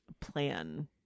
plan